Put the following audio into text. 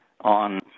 on